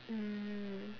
mm